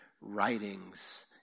writings